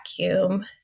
vacuum